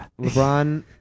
LeBron